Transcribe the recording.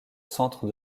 centre